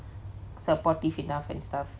supportive enough and stuff